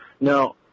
Now